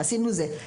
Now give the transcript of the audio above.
ועשינו זה".